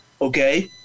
okay